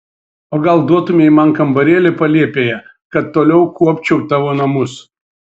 o gal duotumei man kambarėlį palėpėje kad toliau kuopčiau tavo namus